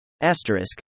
Asterisk